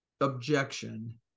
objection